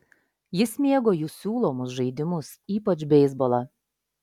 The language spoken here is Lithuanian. jis mėgo jų siūlomus žaidimus ypač beisbolą